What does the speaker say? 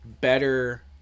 better